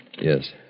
Yes